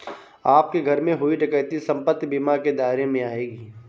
आपके घर में हुई डकैती संपत्ति बीमा के दायरे में आएगी